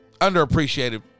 Underappreciated